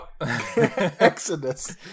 Exodus